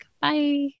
Bye